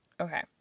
okay